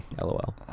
LOL